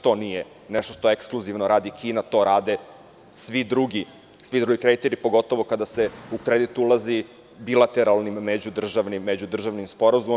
To nije nešto što ekskluzivno radi Kina, to rade svi drugi kreditori, pogotovo kada se u kredit ulazi bilateralnim međudržavnim sporazumom.